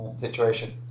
situation